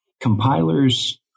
compilers